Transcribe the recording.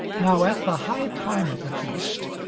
now at the high time of the feast,